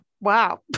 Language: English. wow